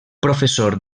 professor